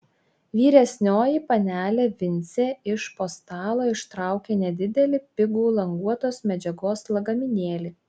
vyresnioji panelė vincė iš po stalo ištraukė nedidelį pigų languotos medžiagos lagaminėlį